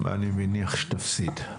אני מניח שתפסיד.